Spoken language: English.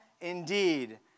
indeed